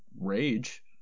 rage